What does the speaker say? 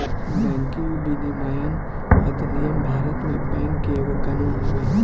banking विनियमन अधिनियम भारत में बैंक के एगो कानून हवे